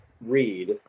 read